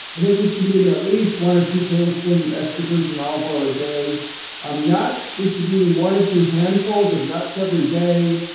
i think we should be getting at least one or two tablespoons of extra virgin olive oil a day um nuts, we should be eating one or two handfuls of nuts every day.